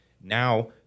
Now